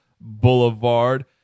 Boulevard